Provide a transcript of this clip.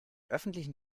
öffentlichen